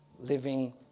living